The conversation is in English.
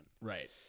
Right